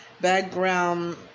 background